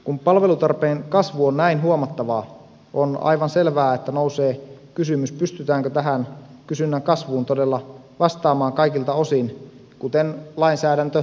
kun palvelutarpeen kasvu on näin huomattavaa on aivan selvää että nousee kysymys pystytäänkö tähän kysynnän kasvuun todella vastaamaan kaikilta osin kuten lainsäädäntö edellyttää